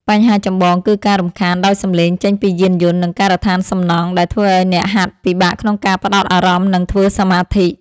បញ្ហាចម្បងគឺការរំខានដោយសំឡេងចេញពីយានយន្ត និងការដ្ឋានសំណង់ ដែលធ្វើឱ្យអ្នកហាត់ពិបាកក្នុងការផ្ដោតអារម្មណ៍ និងធ្វើសមាធិ។